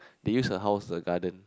they use her house the garden